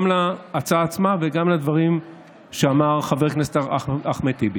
להצעה עצמה וגם לדברים שאמר חבר הכנסת אחמד טיבי.